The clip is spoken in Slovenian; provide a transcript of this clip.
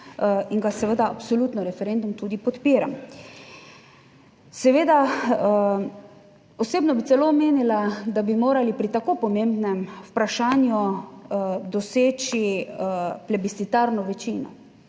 in ga seveda absolutno referendum tudi podpiram. Seveda osebno bi celo omenila, da bi morali pri tako pomembnem vprašanju doseči plebiscitarno večino,